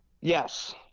Yes